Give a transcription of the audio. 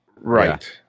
right